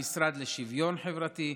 המשרד לשוויון חברתי,